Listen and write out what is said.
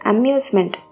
Amusement –